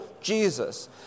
Jesus